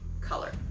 color